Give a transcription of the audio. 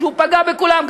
שפגע בכולם,